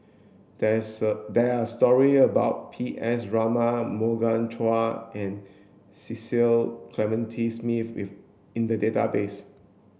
there is there are story about P S Raman Morgan Chua and Cecil Clementi Smith if in the database